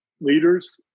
leaders